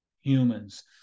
humans